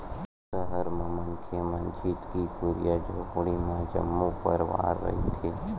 सहर म मनखे मन छितकी कुरिया झोपड़ी म जम्मो परवार रहिथे